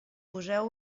poseu